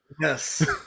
Yes